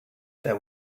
there